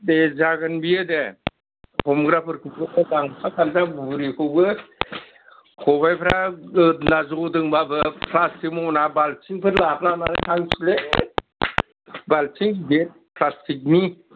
दे जागोन बियो दे हमग्राफोरखौबो लांफाखानसै आं बुरिखौबो खबायफ्रा गोदोना जदोंबाबो प्लास्टिक मना बाल्थिंफोर लादलानानै थांसैलै बालथिं गिदिर प्लासटिकनि